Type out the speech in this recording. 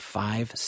five